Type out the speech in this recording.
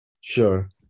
Sure